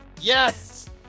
yes